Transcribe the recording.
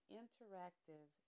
interactive